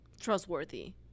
trustworthy